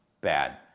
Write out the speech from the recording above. bad